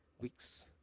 weeks